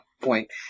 point